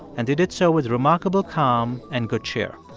and they did so with remarkable calm and good cheer.